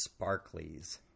sparklies